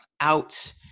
out